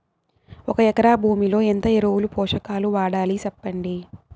ఒక ఎకరా భూమిలో ఎంత ఎరువులు, పోషకాలు వాడాలి సెప్పండి?